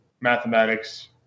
mathematics